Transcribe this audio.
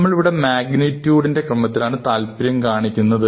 നമ്മളിവിടെ മാഗ്നിറ്റ്യൂഡ് ന്റെ ക്രമത്തിലാണ് താൽപര്യം കാണിക്കുന്നത്